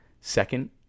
Second